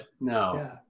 no